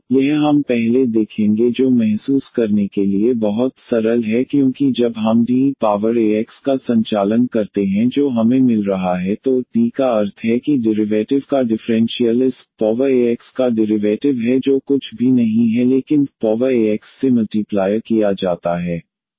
तो यह हम पहले देखेंगे जो महसूस करने के लिए बहुत सरल है क्योंकि जब हम D e power a x का संचालन करते हैं जो हमें मिल रहा है तो D का अर्थ है कि डिरिवैटिव का डिफ़्रेंशियल इस e पॉवर का डिरिवैटिव a x है जो कुछ भी नहीं है लेकिन e पॉवर x a से मल्टीप्लाय किया जाता है a